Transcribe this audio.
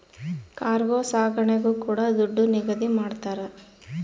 cargo ಸಾಗಣೆಗೂ ಕೂಡ ದುಡ್ಡು ನಿಗದಿ ಮಾಡ್ತರ